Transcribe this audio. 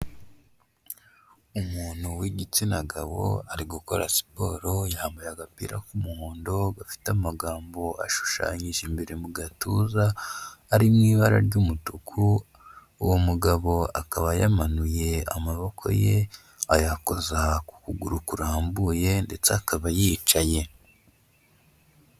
Umuntu w'igitsina gabo ari gukora siporo, yambaye agapira k'umuhondo gafite amagambo ashushanyije imbere mu gatuza ari mu ibara ry'umutuku, uwo mugabo akaba yamanuye amaboko ye ayakoza ku kuguru kurambuye ndetse akaba yicaye.